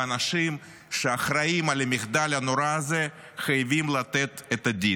והאנשים שאחראים למחדל הנורא הזה חייבים לתת את הדין.